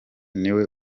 niwe